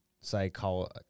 psychology